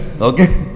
Okay